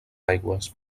aigües